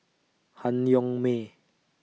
Han Yong May